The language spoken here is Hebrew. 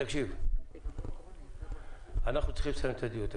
תקשיב, אנחנו צריכים לסיים את הדיון.